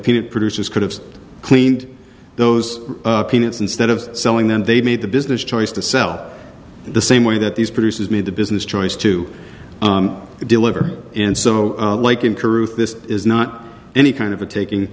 peanut producers could have cleaned those peanuts instead of selling them they made the business choice to sell the same way that these producers made the business choice to deliver and so like in korea this is not any kind of a taking